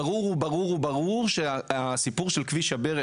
ברור וברור וברור שסיפור של כביש הברך